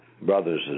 brothers